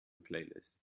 playlist